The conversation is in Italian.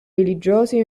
religiosi